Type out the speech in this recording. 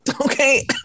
Okay